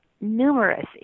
numerous